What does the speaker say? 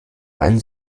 ein